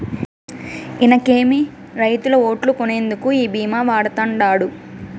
ఇనకేమి, రైతుల ఓట్లు కొనేందుకు ఈ భీమా వాడతండాడు